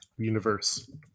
universe